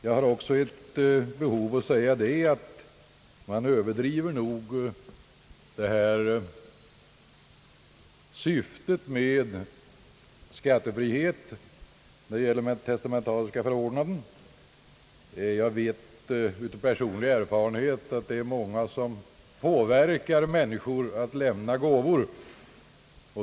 Jag har också ett behov av att säga, att man nog överdriver syftet med skattefrihet i fråga om testamentariska förordnanden, Jag vet av personlig erfarenhet att det är många som påverkar människor att lämna gåvor.